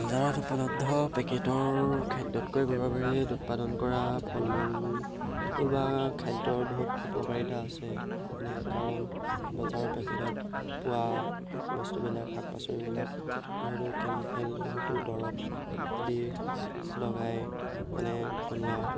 বজাৰত উপলব্ধ পেকেটৰ খাদ্যতকৈ ঘৰৰ বাহিৰত উৎপাদন কৰা ফল মূল বা খাদ্যৰ বহুত উপকাৰিতা আছে মানে কাৰণ বজাৰৰ পেকেটত পোৱা বস্তুবিলাক শাক পাচলিবিলাক বহুতো কেমিকেল বহুতো দৰৱ আদি লগাই মানে বনোৱা